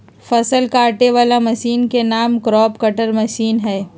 फसल काटे वला मशीन के नाम क्रॉप कटर मशीन हइ